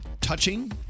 touching